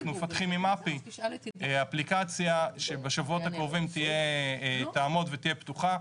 אנחנו מפתחים עם מפ"י אפליקציה שבשבועות הקרובות תעמוד ותהיה פתוחה,